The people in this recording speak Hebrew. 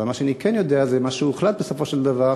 אבל מה שאני כן יודע הוא מה שהוחלט בסופו של דבר,